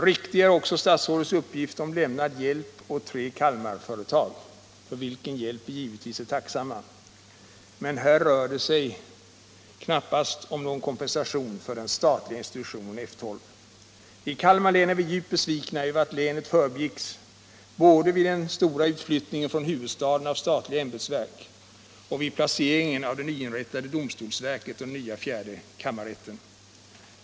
Riktig är också statsrådets uppgift om lämnad hjälp åt tre Kalmarföretag, för vilken hjälp vi givetvis är tacksamma, men här rör det sig knappast om någon kompensation för den statliga institutionen F 12. I Kalmar län är vi djupt besvikna över att länet förbigicks både vid den stora utflyttningen från huvudstaden av statliga ämbetsverk och vid placeringen av det nyinrättade domstolsverket och den nya, fjärde kammarrätten.